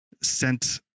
sent